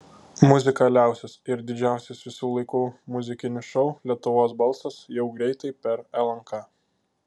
muzikaliausias ir didžiausias visų laikų muzikinis šou lietuvos balsas jau greitai per lnk